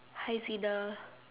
hi Zina